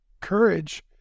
courage